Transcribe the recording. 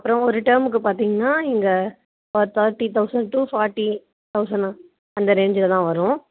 அப்புறோ ஒரு டேர்ம்க்கு பாத்திங்கனா இங்கே for thirty thousand to forty தவுசன்னா அந்த ரேன்ஜில் தான் வரும்